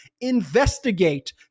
investigate